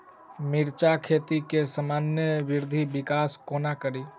मिर्चा खेती केँ सामान्य वृद्धि विकास कोना करि?